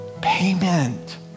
payment